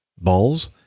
balls